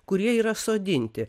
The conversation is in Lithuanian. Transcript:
kurie yra sodinti